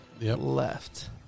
left